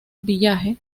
village